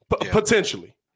Potentially